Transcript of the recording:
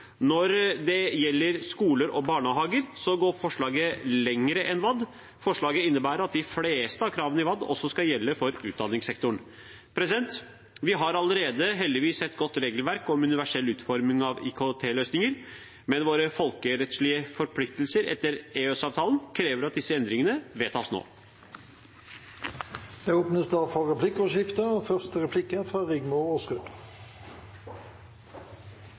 Når det gjelder skoler og barnehager, går forslaget lenger enn WAD: Forslaget innebærer at de fleste av kravene i WAD også skal gjelde for utdanningssektoren. Vi har heldigvis allerede et godt regelverk om universell utforming av IKT-løsninger, men våre folkerettslige forpliktelser etter EØS-avtalen krever at disse endringene vedtas nå. Det blir replikkordskifte. I innstillingen har regjeringen gått inn for å innføre direktivet som et minimumsdirektiv og